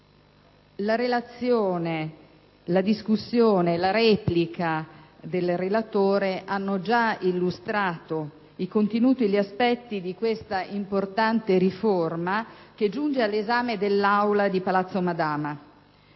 La relazione, la discussione e la replica del relatore hanno già illustrato i contenuti e gli aspetti di questa importante riforma, che giunge all'esame dell'Assemblea di Palazzo Madama.